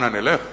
אנה נלך?